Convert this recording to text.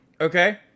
Okay